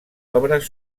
obres